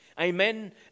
amen